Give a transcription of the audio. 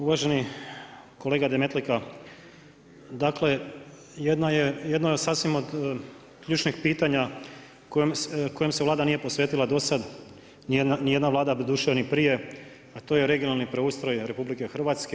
Uvaženi kolega Demetlika, dakle jedno je sasvim od ključnih pitanja kojim se Vlada nije posvetila do sad, ni jedna Vlada doduše ni prije, a to je regionalni preustroj RH.